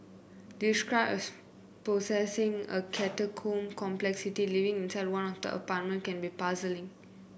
described as possessing a catacomb complexity living inside one of the apartment can be puzzling